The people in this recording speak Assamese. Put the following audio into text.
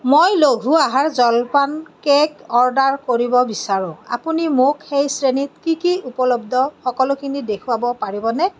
মই লঘু আহাৰ জলপান কেক অৰ্ডাৰ কৰিব বিচাৰোঁ আপুনি মোক সেই শ্ৰেণীত কি কি উপলব্ধ সকলোখিনি দেখুৱাব পাৰিবনে